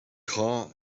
displays